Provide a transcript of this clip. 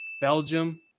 Belgium